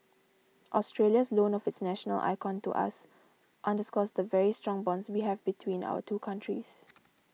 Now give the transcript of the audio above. Australia's loan of its national icon to us underscores the very strong bonds we have between our two countries